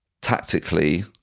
tactically